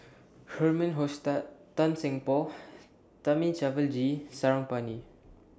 Herman Hochstadt Tan Seng Poh Thamizhavel G Sarangapani